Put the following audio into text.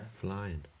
Flying